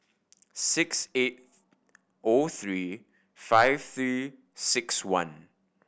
six eight O three five Three Six One